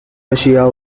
russia